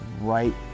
right